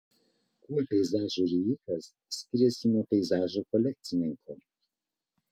kuo peizažų rijikas skiriasi nuo peizažų kolekcininko